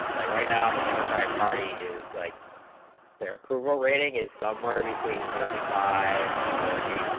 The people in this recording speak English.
like right now the democratic party is like their approval rating is somewhere between thirty five and forty